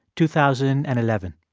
two thousand and eleven.